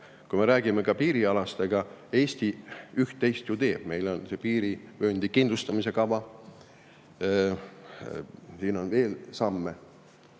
Kui me räägime piirialast, siis Eesti üht-teist ju teeb. Meil on piirivööndi kindlustamise kava, meil on veel samme.